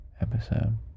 episode